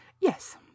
Yes